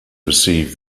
received